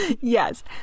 Yes